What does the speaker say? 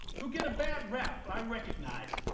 who get a bad rep, i recognize,